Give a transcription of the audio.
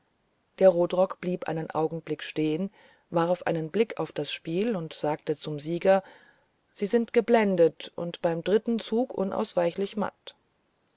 der rotrock blieb einen augenblick stehen warf einen blick auf das spiel und sagte zum sieger sie sind geblendet und beim dritten zug unausbleiblich matt